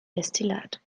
destillat